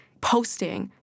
posting